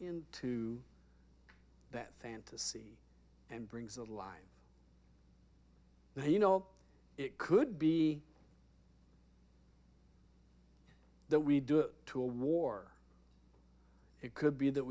into that fantasy and brings alive now you know it could be that we do it to a war it could be that